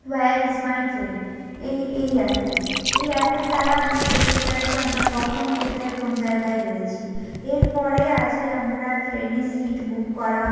where is my train এই এই অ্যাপটি এই অ্যাপের দ্বারা আমরা দেখতে পাই যে আমরা কখন কোথায় কোন জায়গায় রয়েছি এর পরে আছে আমরা ট্রেনে সীট বুক করা